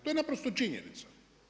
To je naprosto činjenica.